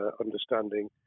understanding